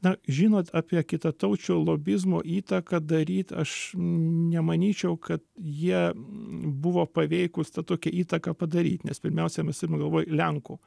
na žinot apie kitataučių lobizmo įtaką daryt aš nemanyčiau kad jie buvo paveikūs tą tokią įtaką padaryt nes pirmiausia mes turim galvoj lenkų